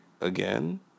again